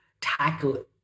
tackle